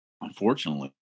unfortunately